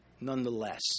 nonetheless